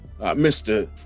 mr